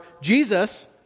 Jesus